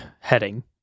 heading